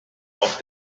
auf